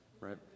right